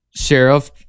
sheriff